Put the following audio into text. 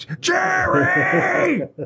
Jerry